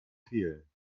fehlen